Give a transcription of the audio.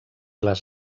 les